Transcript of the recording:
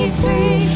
free